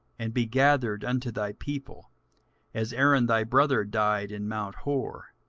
and be gathered unto thy people as aaron thy brother died in mount hor,